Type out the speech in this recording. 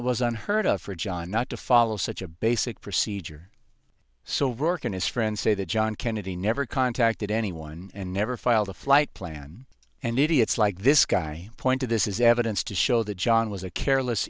it was unheard of for john not to follow such a basic procedure so rorke and his friends say that john kennedy never contacted anyone and never filed a flight plan and idiots like this guy point to this is evidence to show that john was a careless